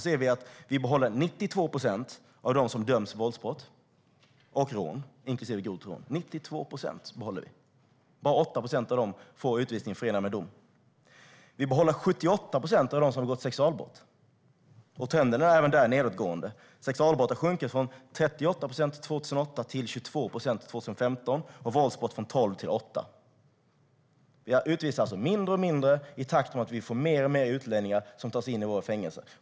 Då ser vi att vi behåller 92 procent av dem som döms för våldsbrott, inklusive grovt rån. Bara 8 procent av dem får utvisning förenat med dom. Vi behåller 78 procent av dem som har begått sexualbrott. Trenden är även där nedåtgående. Andelen utvisade bland dem som begått sexualbrott har sjunkit från 38 procent år 2008 till 22 procent år 2015 och bland dem som begått våldsbrott från 12 procent till 8 procent. Vi utvisar en allt mindre andel i takt med att det blir fler och fler utlänningar som tas in i våra fängelser.